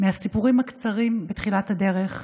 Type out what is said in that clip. מהסיפורים הקצרים בתחילת הדרך,